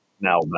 now